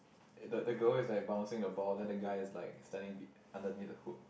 the the girl is like bouncing the ball then the guy is like standing be~ underneath the hook